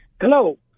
Hello